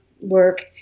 work